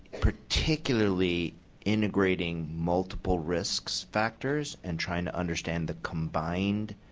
particularly integrating multiple risks factors and trying to understand the combined